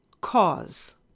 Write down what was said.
cause